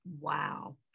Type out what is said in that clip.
Wow